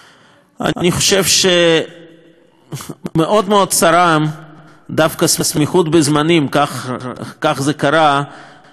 אני חושב שמאוד מאוד צרמה דווקא הסמיכות בזמנים בין שני דברים,